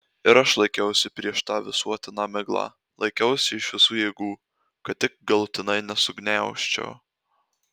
ir aš laikiausi prieš tą visuotiną miglą laikiausi iš visų jėgų kad tik galutinai nesugniaužčiau